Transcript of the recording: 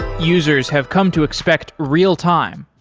users have come to expect real-time.